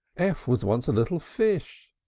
f was once a little fish,